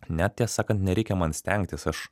net tiesą sakant nereikia man stengtis aš